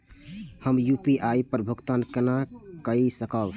हम यू.पी.आई पर भुगतान केना कई सकब?